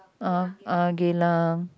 uh uh Geylang